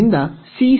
ಆದ್ದರಿಂದ ಸಿ